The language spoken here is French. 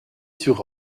sur